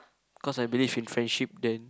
cause I believe in friendship then